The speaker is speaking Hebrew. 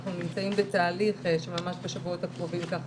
הממשלה ומשרדי הממשלה בנושא של אלימות ופשע, וכך